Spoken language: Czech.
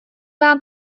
vám